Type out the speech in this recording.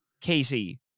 Casey